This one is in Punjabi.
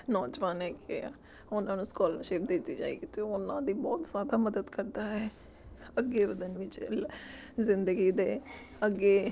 ਨੌਜਵਾਨ ਹੈਗੇ ਆ ਉਹਨਾਂ ਨੂੰ ਸਕੋਲਰਸ਼ਿਪ ਦਿੱਤੀ ਜਾਏਗੀ ਅਤੇ ਉਹਨਾਂ ਦੀ ਬਹੁਤ ਜ਼ਿਆਦਾ ਮਦਦ ਕਰਦਾ ਹੈ ਅੱਗੇ ਵਧਣ ਵਿੱਚ ਜ਼ਿੰਦਗੀ ਦੇ ਅੱਗੇ